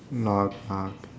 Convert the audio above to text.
knock knock